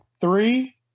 Three